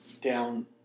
down